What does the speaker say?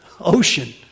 ocean